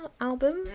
album